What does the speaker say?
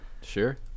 Sure